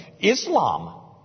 Islam